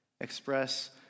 express